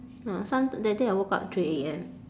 ah some that day I woke up three A_M